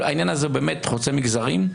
אבל העניין הזה באמת חוצה מגזרים.